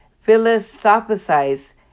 philosophize